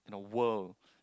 in a world